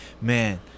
Man